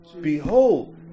Behold